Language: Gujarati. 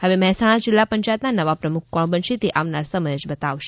હવે મહેસાણા જીલ્લા પંચાયતના નવા પ્રમુખ કોણ બનશે તે આવનાર સમય જ બતાવશે